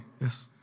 Yes